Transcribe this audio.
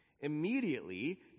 Immediately